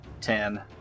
Ten